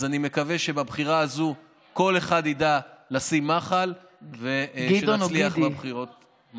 אז אני מקווה שבבחירה הזאת כל אחד ידע לשים מחל ושנצליח בבחירות.